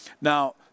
Now